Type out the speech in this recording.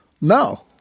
no